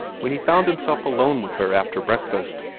when he found himself alone with her after breakfast.